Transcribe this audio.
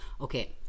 Okay